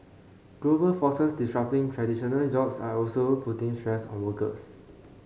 global forces disrupting traditional jobs are also putting stress on workers